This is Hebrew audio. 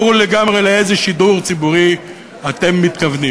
ברור לגמרי לאיזה שידור ציבורי אתם מתכוונים.